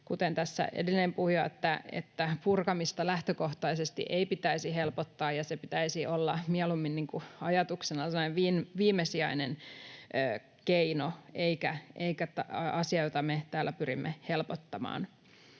kuten edellinen puhuja, että purkamista lähtökohtaisesti ei pitäisi helpottaa ja sen pitäisi olla mieluummin ajatuksena sellainen viimesijainen keino, eikä asia, jota me täällä pyrimme helpottamaan.